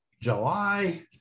July